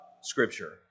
Scripture